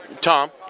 Tom